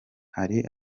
hari